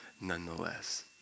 nonetheless